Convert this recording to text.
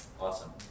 Awesome